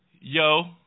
yo